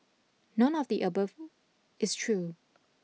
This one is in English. none of the above is true